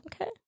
okay